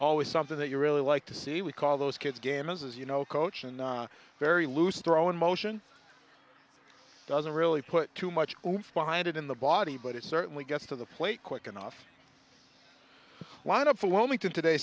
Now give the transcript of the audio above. always something that you really like to see we call those kids games as you know coach and very loose throwing motion doesn't really put too much behind it in the body but it certainly gets to the plate quick enough line up for wilmington today